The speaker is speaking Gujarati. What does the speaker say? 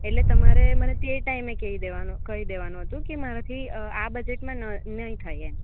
એટલે તમારે મને તે ટાઈમે કહી દેવાનું કહી દેવાનું હતું કે મારાથી આ બજેટમાં ન નહીં થાય એમ